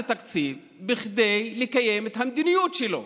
תקציב כדי לקיים את המדיניות שלו,